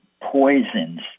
poisons